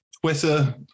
Twitter